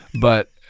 But-